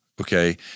Okay